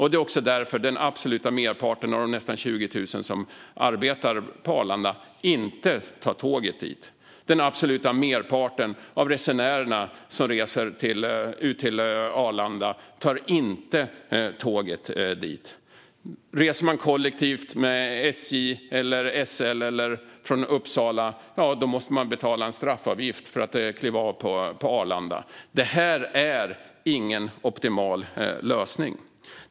Det är också därför som den absoluta merparten av de nästan 20 000 som arbetar på Arlanda inte tar tåget dit. Den absoluta merparten av resenärerna till Arlanda tar inte tåget dit. Reser man kollektivt med SJ, med SL eller från Uppsala måste man betala en straffavgift för att kliva av på Arlanda. Det här är ingen optimal lösning.